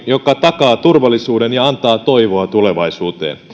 joka takaa turvallisuuden ja antaa toivoa tulevaisuuteen